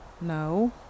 No